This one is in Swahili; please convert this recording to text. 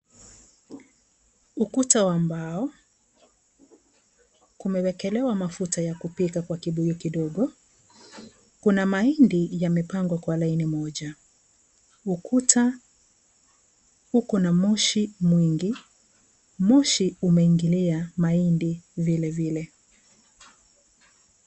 Ukuta wa mbao, kumewekelewa mafuta ya kupika kwa kibuyu kidogo, kuna mahindi yamepangwa kwa laini moja. Ukuta uko na moshi mwingi moshi umeingilia mahindi vilevile.